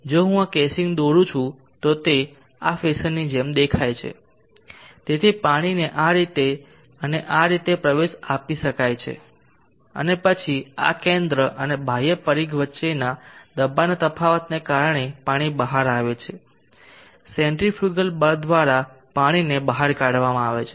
જો હું કેસિંગ દોરૂ છું તો તે આ ફેશનની જેમ લાગે છે તેથી પાણીને આ રીતે અને આ રીતે પ્રવેશ આપી શકાય છે અને પછી આ કેન્દ્ર અને બાહ્ય પરિઘ વચ્ચેના દબાણના તફાવતને કારણે પાણી બહાર આવે છે સેન્ટ્રીફ્યુગલ બળ દ્વારા પાણીને બહાર કાઢવામાં આવે છે